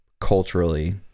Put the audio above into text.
culturally